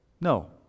No